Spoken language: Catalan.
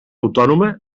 autònoma